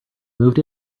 moved